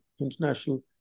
international